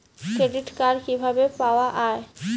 Credit card কিভাবে পাওয়া য়ায়?